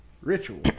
ritual